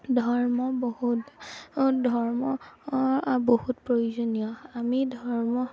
ধৰ্ম বহুত ধৰ্ম বহুত প্ৰয়োজনীয় আমি ধৰ্ম